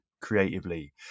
creatively